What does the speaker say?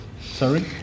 Sorry